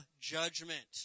judgment